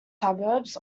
suburbs